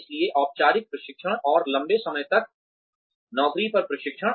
इसलिए औपचारिक प्रशिक्षण और लंबे समय तक नौकरी पर प्रशिक्षण